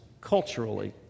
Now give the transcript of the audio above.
culturally